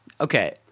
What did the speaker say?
Okay